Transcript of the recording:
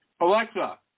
Alexa